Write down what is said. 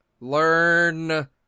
learn